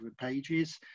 pages